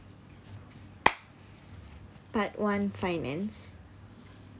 part one finance